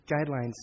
guidelines